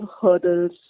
hurdles